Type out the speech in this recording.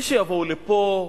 ושיבואו לפה,